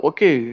Okay